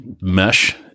mesh